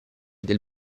del